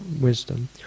wisdom